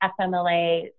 FMLA